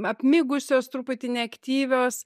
apmigusios truputį neaktyvios